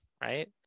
right